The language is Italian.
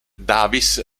davis